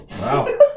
Wow